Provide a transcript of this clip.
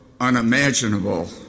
unimaginable